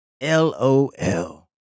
L-O-L